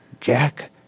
Jack